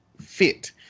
fit